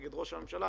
נגד ראש הממשלה,